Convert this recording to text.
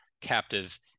captive